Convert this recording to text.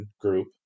group